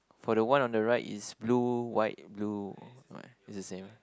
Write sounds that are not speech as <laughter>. for the one on the right is blue white blue white <noise> is the same ah